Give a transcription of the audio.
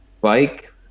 bike